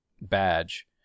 badge